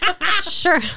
sure